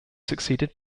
succeeded